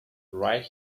right